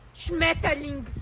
Schmetterling